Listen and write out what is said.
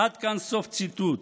עד כאן סוף ציטוט.